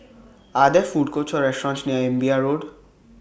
Are There Food Courts Or restaurants near Imbiah Road